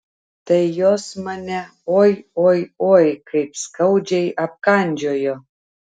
tai jos mane oi oi oi kaip skaudžiai apkandžiojo